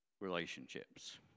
relationships